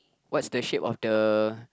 what's the shape of the